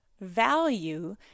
value